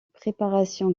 préparation